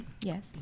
Yes